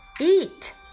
eat